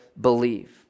Believe